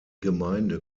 gemeinde